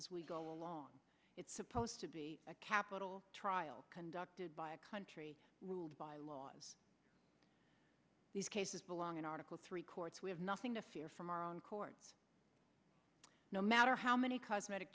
as we go along it's supposed to be a capital trial conducted by a country ruled by law as these cases belong in article three courts we have nothing to fear from our own courts no matter how many cosmetic